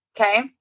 okay